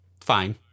Fine